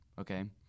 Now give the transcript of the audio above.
okay